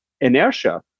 inertia